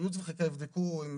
הייעוץ והחקיקה יבדקו.